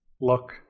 look